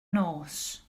nos